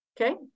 Okay